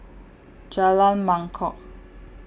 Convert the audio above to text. Jalan Mangkok